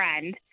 friend